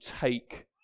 take